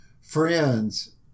friends